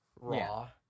raw